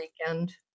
weekend